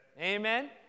amen